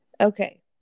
Okay